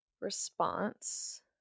response